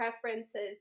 preferences